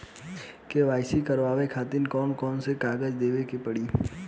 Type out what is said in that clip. KYC करवावे खातिर कौन कौन कागजात देवे के पड़ी?